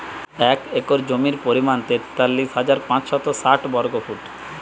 এক একর জমির পরিমাণ তেতাল্লিশ হাজার পাঁচশত ষাট বর্গফুট